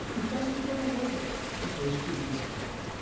it does go to weight. it goes through admissibility.